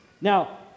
Now